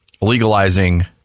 legalizing